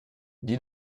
dis